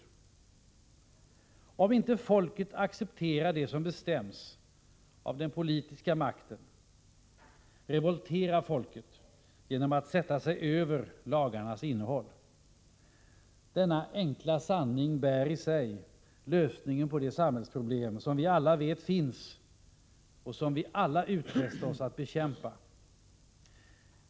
Om inte folket accepterar det som bestäms av den politiska makten, revolterar folket genom att sätta sig över lagarnas innehåll. Denna enkla sanning bär i sig lösningen på de samhällsproblem som vi alla vet finns och som vi alla utfäst oss att bekämpa.